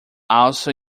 also